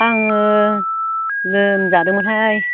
आङो लोमजादोंमोनहाय